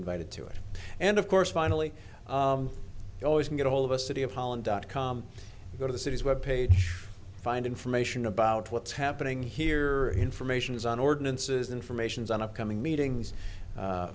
invited to it and of course finally you always get a hold of a city of holland dot com go to the city's web page find information about what's happening here information is on ordinances informations on upcoming meetings